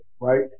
right